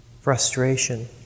frustration